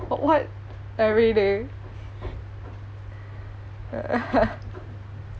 but what oh really